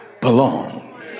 belong